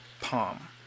palm